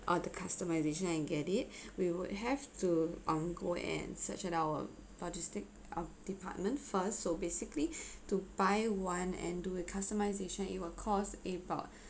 uh the customization and get it we would have to um go and search at our logistic uh department first so basically to buy one and do a customization it will cost about